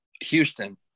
Houston